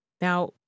Now